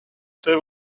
tevi